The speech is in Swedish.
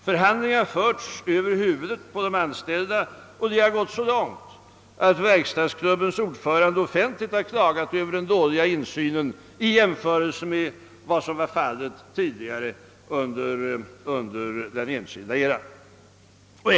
Förhandlingar har förts över huvudet på de anställda, och det har gått så långt att verkstadsklubbens ordförande offentligt klagat över den dåliga insynen jämfört med vad som var fallet tidigare under den enskilda eran.